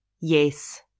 yes